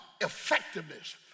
effectiveness